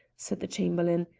said the chamberlain.